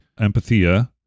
empathia